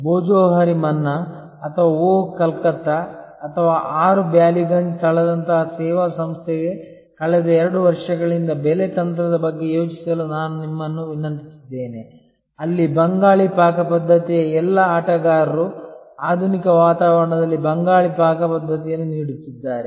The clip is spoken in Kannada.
ಭೋಜೋಹೋರಿ ಮನ್ನಾ ಅಥವಾ ಓಹ್ ಕಲ್ಕತ್ತಾ ಅಥವಾ 6 ಬ್ಯಾಲಿಗಂಜ್ ಸ್ಥಳದಂತಹ ಸೇವಾ ಸಂಸ್ಥೆಗೆ ಕಳೆದ 2 ವರ್ಷಗಳಿಂದ ಬೆಲೆ ತಂತ್ರದ ಬಗ್ಗೆ ಯೋಚಿಸಲು ನಾನು ನಿಮ್ಮನ್ನು ವಿನಂತಿಸಿದ್ದೇನೆ ಅಲ್ಲಿ ಬಂಗಾಳಿ ಪಾಕಪದ್ಧತಿಯ ಎಲ್ಲ ಆಟಗಾರರು ಆಧುನಿಕ ವಾತಾವರಣದಲ್ಲಿ ಬಂಗಾಳಿ ಪಾಕಪದ್ಧತಿಯನ್ನು ನೀಡುತ್ತಿದ್ದಾರೆ